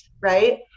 right